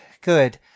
good